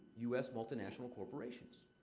u s. multinational corporations.